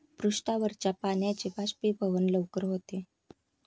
पृष्ठावरच्या पाण्याचे बाष्पीभवन लवकर होते